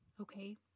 okay